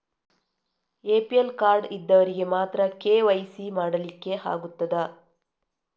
APL card ಇದ್ದವರಿಗೆ ಮಾತ್ರ KYC ಮಾಡಲಿಕ್ಕೆ ಆಗುತ್ತದಾ?